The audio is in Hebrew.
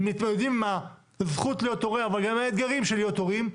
מתמודדים עם הזכות להיות הורה אבל גם עם האתגרים של להיות הורים,